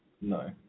No